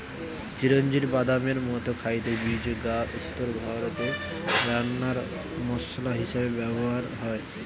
চিরোঞ্জির বাদামের মতো খাইতে বীজ গা উত্তরভারতে রান্নার মসলা হিসাবে ব্যভার হয়